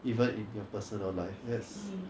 even in your personal life that's